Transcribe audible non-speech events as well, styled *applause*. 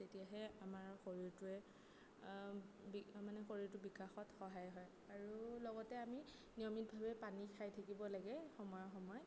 তেতিয়াহে আমাৰ শৰীৰটোৱে *unintelligible* মানে শৰীৰটোৰ বিকাশত সহায় হয় আৰু লগতে আমি নিয়মিতভাৱে পানী খাই থাকিব লাগে সময়ে সময়ে ত'